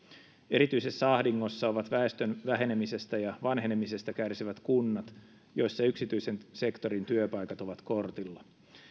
erityisessä ahdingossa ovat väestön vähenemisestä ja vanhenemisesta kärsivät kunnat joissa yksityisen sektorin työpaikat ovat kortilla